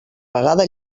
vegada